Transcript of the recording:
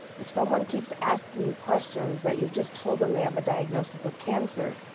if someone keeps asking you questions that you've just told them they have a diagnosis of cancer,